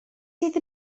sydd